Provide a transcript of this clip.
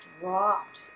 dropped